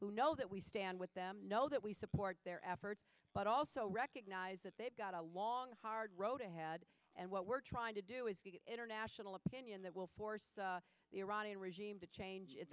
who know that we stand with them know that we support their efforts but also recognize that they've got a long hard road ahead and what we're trying to do is international opinion that will force the iranian regime to change it